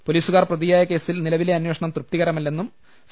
പൊലീസുകാർ പ്രതിയായ ക്ഷേസിൽ നിലവിലെ അന്വേ ഷണം തൃപ്തികരമല്ലെന്നും സി